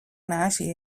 nahasi